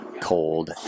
cold